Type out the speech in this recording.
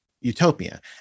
Utopia